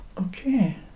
okay